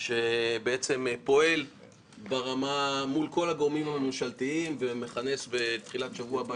שפועל מול כל הגורמים הממשלתיים ומכנס בתחילת שבוע הבא,